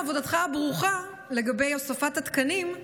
וגם עבודתך הברוכה בהוספת התקנים,